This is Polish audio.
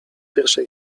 pierwszej